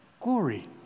glory